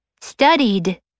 Studied